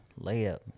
layup